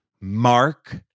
Mark